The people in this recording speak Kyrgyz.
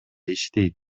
иштейт